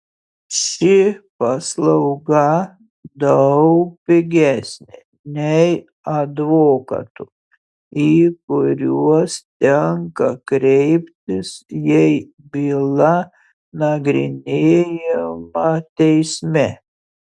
ši paslauga daug pigesnė nei advokatų į kuriuos tenka kreiptis jei byla nagrinėjama teisme